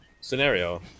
scenario